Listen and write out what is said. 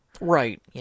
Right